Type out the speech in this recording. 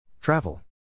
Travel